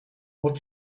what